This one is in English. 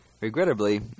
Regrettably